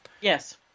Yes